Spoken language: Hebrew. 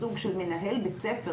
מסוג של מנהל בית ספר,